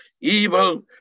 evil